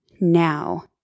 now